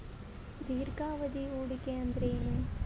ದೀರ್ಘಾವಧಿ ಹೂಡಿಕೆ ಅಂದ್ರ ಏನು?